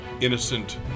innocent